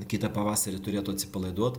kitą pavasarį turėtų atsipalaiduot